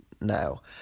now